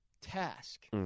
task